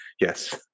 yes